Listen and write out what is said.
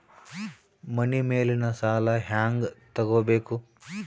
ಮನಿ ಮೇಲಿನ ಸಾಲ ಹ್ಯಾಂಗ್ ತಗೋಬೇಕು?